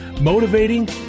motivating